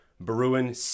Bruin